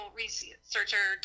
researcher